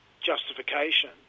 justification